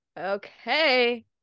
Okay